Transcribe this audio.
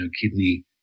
kidney